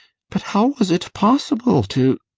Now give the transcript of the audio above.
but how was it possible to?